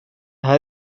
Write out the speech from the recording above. här